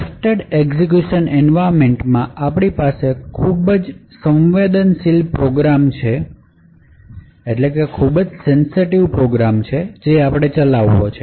trusted execution એન્વાયરમેન્ટમાં આપણી પાસે ખૂબ સવેન્દંશિલ પ્રોગ્રામ છે જે આપણે ચલાવો છે